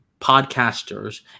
podcasters